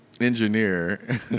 engineer